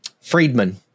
Friedman